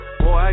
boy